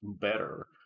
better